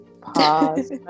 Pause